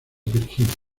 virginia